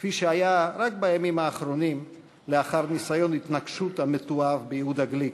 כפי שהיה רק בימים האחרונים לאחר ניסיון ההתנקשות המתועב ביהודה גליק,